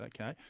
Okay